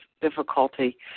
difficulty